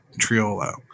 Triolo